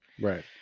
right